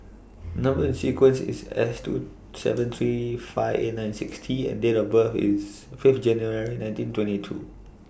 Number sequence IS S two seven three five eight nine six T and Date of birth IS Fifth January nineteen twenty two